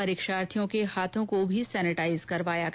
परीक्षार्थियों के हाथों को भी सैनेटाइज करवाया गया